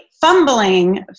fumbling